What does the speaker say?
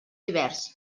divers